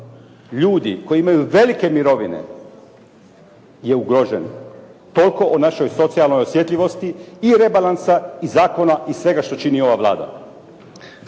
ljudi koji imaju velike mirovine je ugrožen. Toliko o našoj socijalnoj osjetljivosti i rebalansa i zakona i svega što čini ova Vlada.